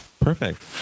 Perfect